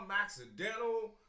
accidental